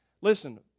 Listen